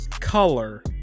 color